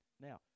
now